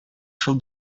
шул